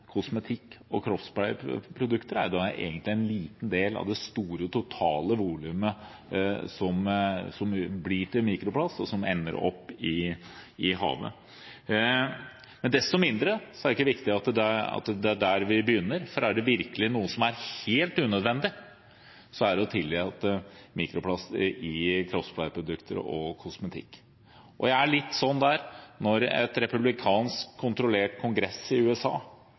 kosmetikk og kroppspleieprodukter, er egentlig bare en liten del av det store, totale volumet som blir til mikroplast, og som ender opp i havet. Desto viktigere er det at det er der vi begynner, for er det virkelig noe som er helt unødvendig, er det å tillate mikroplast i kroppspleieprodukter og kosmetikk. Og jeg er litt der at når en kongress i USA